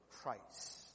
Christ